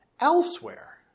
elsewhere